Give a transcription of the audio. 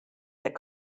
that